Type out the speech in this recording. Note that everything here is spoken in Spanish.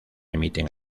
emiten